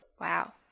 Wow